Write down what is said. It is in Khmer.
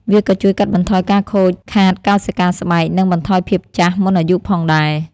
វាក៏ជួយកាត់បន្ថយការខូចខាតកោសិកាស្បែក និងបន្ថយភាពចាស់មុនអាយុផងដែរ។